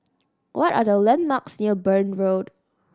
what are the landmarks near Burn Road